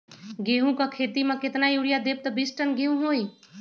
गेंहू क खेती म केतना यूरिया देब त बिस टन गेहूं होई?